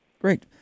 Great